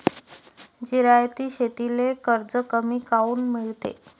जिरायती शेतीले कर्ज कमी काऊन मिळते?